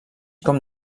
com